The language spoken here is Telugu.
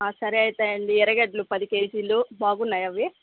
సరే అయితే అండి ఎర్ర గడ్డలు పది కేజీలు బాగున్నాయా అవి